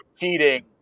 cheating